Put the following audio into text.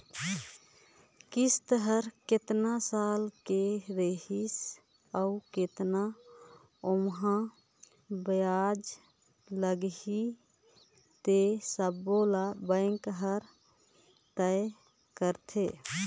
किस्त हर केतना साल के रही अउ केतना ओमहा बियाज लगही ते सबो ल बेंक हर तय करथे